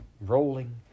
rolling